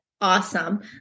awesome